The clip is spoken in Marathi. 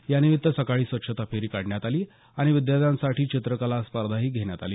यानिमित्त सकाळी स्वच्छता फेरी काढण्यात आली आणि विद्यार्थ्यांसाठी चित्रकला स्पर्धाही घेण्यात आली